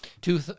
Two